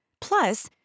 Plus